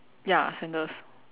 ya sandals